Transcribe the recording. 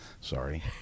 sorry